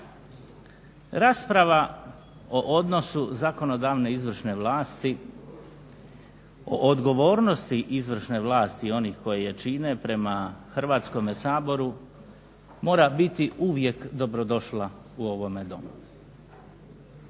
Rasprava o odnosu zakonodavne i izvršne vlasti, o odgovornosti izvršne vlasti i onih koji je čine prema Hrvatskom saboru mora biti uvijek dobrodošla u ovome domu.